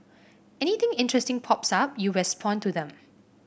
anything interesting pops up you respond to them